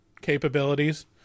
capabilities